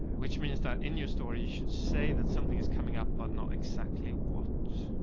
which means that in your story, you should say that something is coming up, but not exactly what.